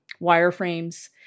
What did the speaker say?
wireframes